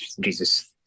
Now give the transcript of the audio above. Jesus